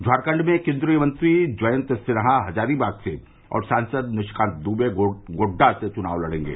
झारखण्ड में केन्द्रीय मंत्री जयंत सिन्हा हजारीबाग से और सांसद निशिकांत दवे गोड्डा से चुनाव लड़ेंगे